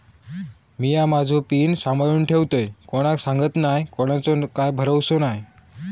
मिया माझो पिन सांभाळुन ठेवतय कोणाक सांगत नाय कोणाचो काय भरवसो नाय